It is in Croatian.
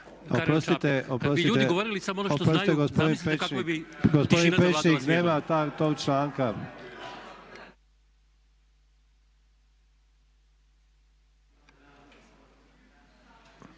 (HDZ)** Oprostite, oprostite gospodin Pecnik nema tog članka.